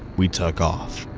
we took off.